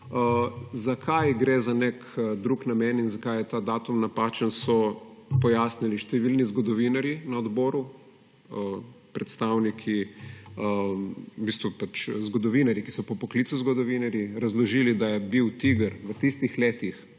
Zakaj gre za nek drug namen in zakaj je ta datum napačen, so pojasnili številni zgodovinarji na odboru, zgodovinarji, ki so po poklicu zgodovinarji, razložili, da je bil TIGR v tistih letih